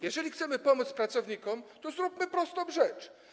Jeżeli chcemy pomóc pracownikom, to zróbmy prostą rzecz.